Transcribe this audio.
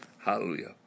Hallelujah